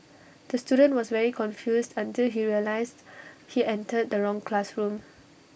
the student was very confused until he realised he entered the wrong classroom